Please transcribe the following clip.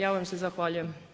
Ja vam se zahvaljujem.